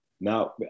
Now